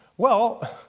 well